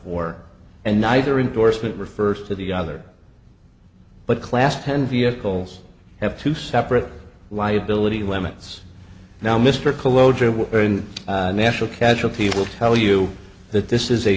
four and neither indorsement refers to the other but class ten vehicles have two separate liability limits now mr coloccini with national casualty will tell you that this is a